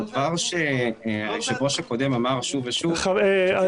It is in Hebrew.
הדבר שהיושב-ראש הקודם אמר שוב ושוב --- אדוני,